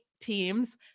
teams